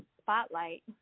Spotlight